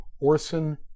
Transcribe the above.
Orson